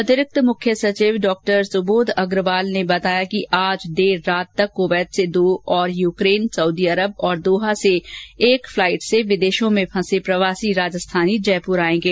अतिरिक्त मुख्य सचिव डॉ सुबोध अग्रवाल ने बताया कि आज देर रात तक क्षैत से दो और युक्रेन सउदी अरब और दोहा से एक फ्लाइट से विदेशों में फंसे प्रवासी राजस्थानी जयपुर पहंच जाएगे